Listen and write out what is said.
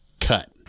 Cut